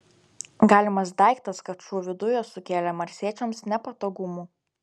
galimas daiktas kad šūvių dujos sukėlė marsiečiams nepatogumų